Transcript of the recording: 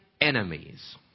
enemies